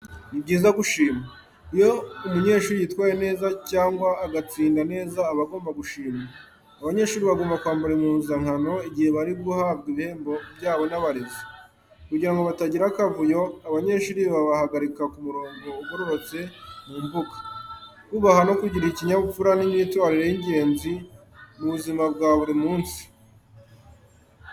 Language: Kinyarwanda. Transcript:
Ni byiza gushima, iyo umunyeshuri yitwaye neza cyangwa agatsinda neza aba agombwa gushimwa. Abanyeshuri bagomba kwambara impuzankano igihe bari guhabwa ibihembo byabo n'abarezi. Kugirango batagira akavuyo abanyeshuri babahagarika ku murongo ugororotse mu mbuga. Kubaha no kugira ikinyabupfura n'imyitwarire y’ingenzi mu buzima bwa buri munsi.